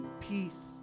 peace